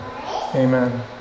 Amen